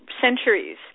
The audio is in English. centuries